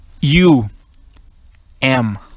U-M